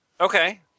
Okay